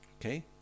Okay